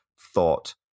thought